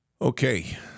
Okay